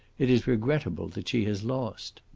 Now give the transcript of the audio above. it is regrettable that she has lost.